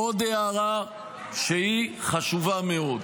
שהיא חשובה מאוד.